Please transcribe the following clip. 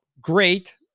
great